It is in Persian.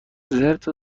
زرت